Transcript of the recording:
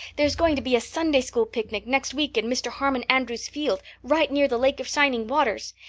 there's going to be a sunday-school picnic next week in mr. harmon andrews's field, right near the lake of shining waters.